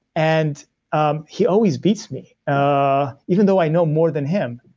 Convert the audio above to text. and um he always beats me, ah even though i know more than him.